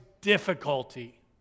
difficulty